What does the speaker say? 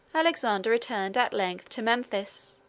alexander returned at length to memphis,